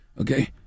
Okay